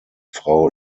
frau